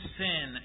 sin